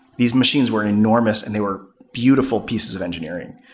these machines were enormous and they were beautiful pieces of engineering.